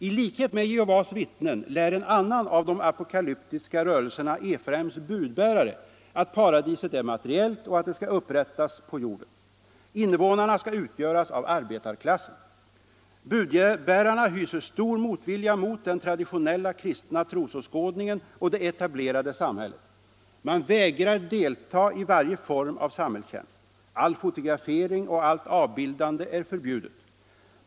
I likhet med Jehovas vittnen lär en annan av de apokalyptiska rörelserna, Efraims budbärare, att paradiset är materiellt och att det skall upprättas på jorden. Innevånarna skall utgöras av arbetarklassen. Budbärarna hyser stor motvilja mot den traditionella kristna trosåskådningen och det etablerade samhället. Man vägrar delta i varje form av samhällstjänst. All fotografering och allt avbildande är förbjudet.